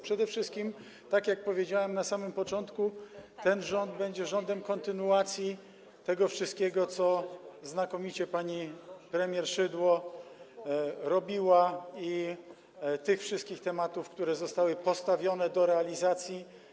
Przede wszystkim, tak jak powiedziałem na samym początku, ten rząd będzie rządem kontynuacji tego wszystkiego, co znakomicie pani premier Szydło robiła, i tych wszystkich tematów, które zostały postawione do realizacji.